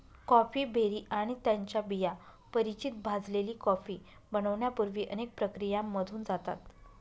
coffee berry आणि त्यांच्या बिया परिचित भाजलेली कॉफी बनण्यापूर्वी अनेक प्रक्रियांमधून जातात